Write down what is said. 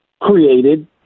created